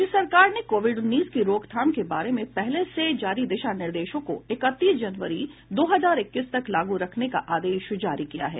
राज्य सरकार ने कोविड उन्नीस की रोकथाम के बारे में पहले से जारी दिशा निर्देशों को इकतीस जनवरी दो हजार इक्कीस तक लागू रखने का आदेश जारी किया है